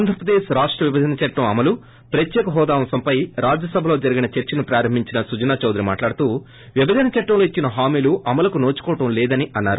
ఆంధ్రప్రదేశ్ రాష్ట విభజన చట్టం అమలు ప్రత్యేక హోదా అంశంపై రాజ్యసభలో జరిగిన చర్సను ప్రారంబించిన సుజనా మాట్లాడుతూ విభజన చట్టంలో ఇచ్చిన హామీలు అమలుకు నోచుకోవడం లేదని అన్నారు